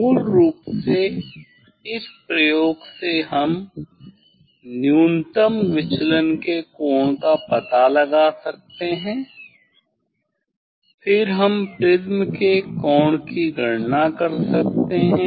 मूल रूप से इस प्रयोग से हम न्यूनतम विचलन के कोण का पता लगा सकते हैं फिर हम प्रिज्म के कोण की गणना कर सकते हैं